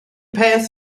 peth